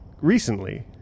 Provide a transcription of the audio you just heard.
recently